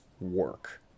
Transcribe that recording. work